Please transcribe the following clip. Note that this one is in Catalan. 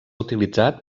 utilitzat